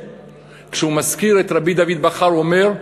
כשהוא מזכיר את רבי דוד בכר הוא אומר: